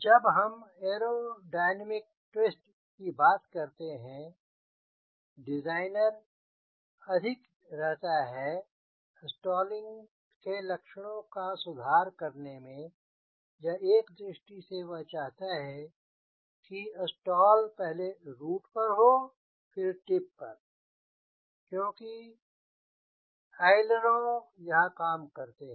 जब हम aerodynamic twist की बात करते हैं डिज़ाइनर अधिक रहता है स्टॉलिंग लक्षणों का सुधार करने में या एक दृष्टि से वह चाहता है कि स्टॉल पहले रूट पर हो फिर टिप पर क्योंकि अइलरों यहाँ काम करते हैं